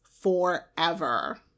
forever